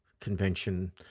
convention